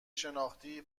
شناختی